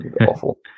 awful